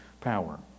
power